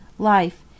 Life